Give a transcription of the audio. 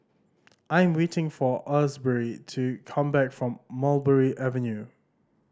I'm waiting for Asbury to come back from Mulberry Avenue